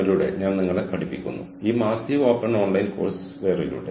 നമുക്ക് ചെയ്യാൻ കഴിയുന്ന ഒരു കാര്യം തന്ത്രപരമായ ഒരു സംരംഭം എന്നതാണ്